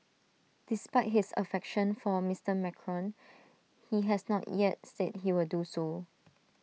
despite his affection for A Mister Macron he has not yet said he will do so